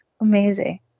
amazing